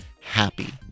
happy